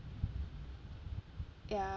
ya